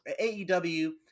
AEW